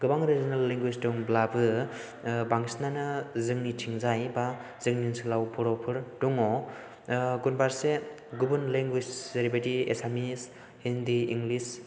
गोबां regional language दंब्लाबो बांसिनानो जोंनिथिंजाय एबा जोंनि ओनसोलाव बर'फोर दङ गुबुन फारसे गुबुन लेंगुवेज जेरैबायदि एसामिस हिन्दी इंलिस